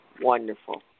Wonderful